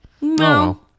No